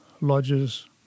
lodges